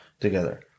together